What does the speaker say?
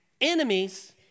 Enemies